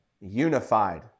unified